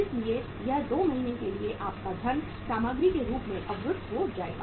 इसलिए यह 2 महीने के लिए आपका धन सामग्री के रूप में अवरुद्ध हो जाएगा